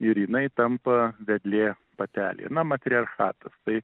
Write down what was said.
ir jinai tampa vedlė patelė na matriarchatas tai